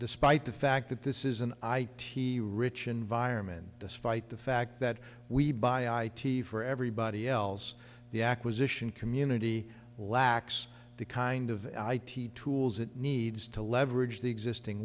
despite the fact that this is an i t rich environment despite the fact that we buy i t for everybody else the acquisition community lacks the kind of i t tools it needs to leverage the existing